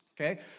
okay